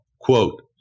quote